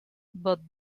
but